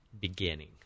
beginning